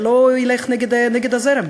שלא ילך נגד הזרם.